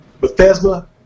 Bethesda